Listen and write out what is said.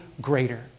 greater